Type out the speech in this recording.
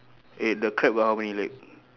eh the crab got how many leg